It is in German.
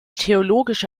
theologische